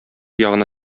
ягына